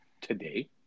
today